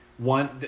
one